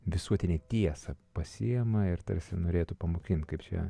visuotinę tiesą pasiima ir tarsi norėtų pamokinti kaip čia